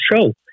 show